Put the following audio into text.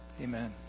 Amen